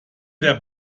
der